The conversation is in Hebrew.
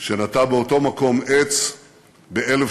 שנטע באותו מקום עץ ב-1898.